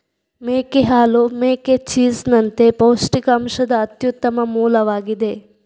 ಮೇಕೆ ಹಾಲು ಮೇಕೆ ಚೀಸ್ ನಂತೆ ಪೌಷ್ಟಿಕಾಂಶದ ಅತ್ಯುತ್ತಮ ಮೂಲವಾಗಿದೆ